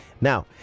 Now